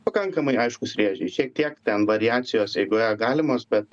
pakankamai aiškūs rėžiai šiek tiek ten variacijos eigoje galimos bet